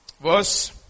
verse